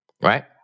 Right